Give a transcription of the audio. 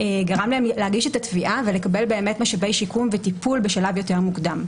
גרם להן להגיש את התביעה ולקבל משאבי שיקום וטיפול בשלב יותר מוקדם.